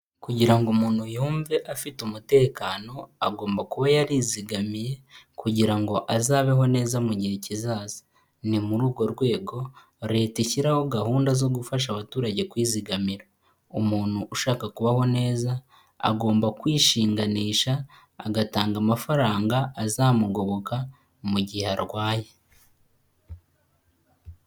Kugira ngo umuntu yumve afite umutekano agomba kuba yarizigamiye kugira ngo azabeho neza mu gihe kizaza. Ni muri urwo rwego Leta ishyiraho gahunda zo gufasha abaturage kwizigamira. Umuntu ushaka kubaho neza agomba kwishinganisha agatanga amafaranga azamugoboka mu gihe arwaye.